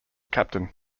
captain